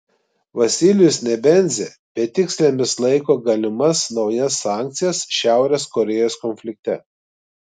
vasilijus nebenzia betikslėmis laiko galimas naujas sankcijas šiaurės korėjos konflikte